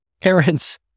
parents